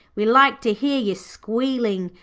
we like to hear you squealing.